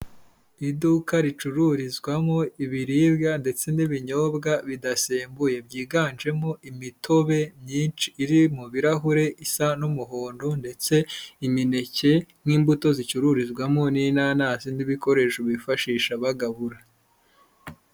Ni iduka ricururizwamo ibiribwa ndetse n'ibinyobwa bidasembuye, byiganjemo imitobe myinshi iri mu birahure isa n'umuhondo ndetse imineke nk'imbuto zicururizwamo n'inanasi n’ibikoresho bifashisha bagabura.